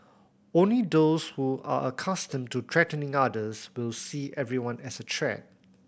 only those who are accustomed to threatening others will see everyone as a threat